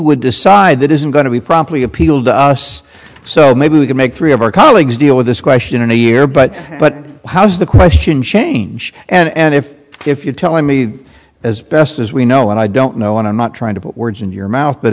would decide that isn't going to be promptly appealed to us so maybe we can make three of our colleagues deal with this question in a year but but how does the question change and if if you tell me as best as we know and i don't know and i'm not trying to put words in your mouth but